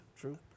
true